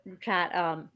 chat